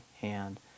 hand